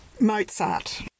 Mozart